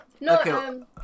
No